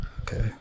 Okay